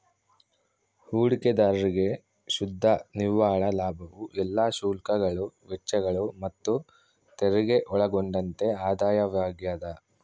ಹೂಡಿಕೆದಾರ್ರಿಗೆ ಶುದ್ಧ ನಿವ್ವಳ ಲಾಭವು ಎಲ್ಲಾ ಶುಲ್ಕಗಳು ವೆಚ್ಚಗಳು ಮತ್ತುತೆರಿಗೆ ಒಳಗೊಂಡಂತೆ ಆದಾಯವಾಗ್ಯದ